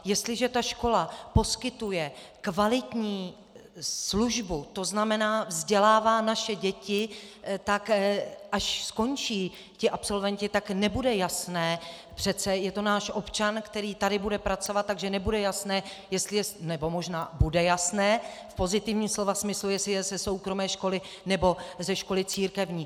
Jestliže ta škola poskytuje kvalitní službu, to znamená, vzdělává naše děti, tak až skončí ti absolventi, tak nebude jasné přece je to náš občan, který tady bude pracovat, takže nebude jasné, nebo možná bude jasné v pozitivním slova smyslu, jestli je ze soukromé školy, nebo ze školy církevní.